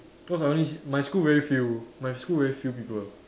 cause I only s~ my school very few my school very few people